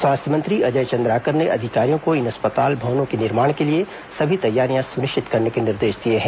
स्वास्थ्य मंत्री अजय चंद्राकर ने अधिकारियों को इन अस्पताल भवनों के निर्माण के लिए सभी तैयारियां सुनिश्चित करने के निर्देश दिए हैं